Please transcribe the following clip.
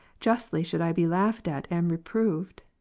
justly should i be laughed at and reproved.